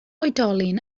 oedolyn